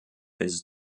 his